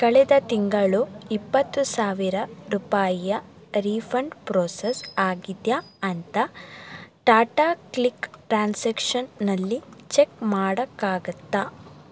ಕಳೆದ ತಿಂಗಳು ಇಪ್ಪತ್ತು ಸಾವಿರ ರೂಪಾಯಿಯ ರೀಫಂಡ್ ಪ್ರೋಸೆಸ್ ಆಗಿದೆಯಾ ಅಂತ ಟಾಟಾಕ್ಲಿಕ್ ಟ್ರಾನ್ಸ್ಯಕ್ಷನ್ನಲ್ಲಿ ಚೆಕ್ ಮಾಡೋಕ್ಕಾಗುತ್ತಾ